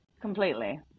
Completely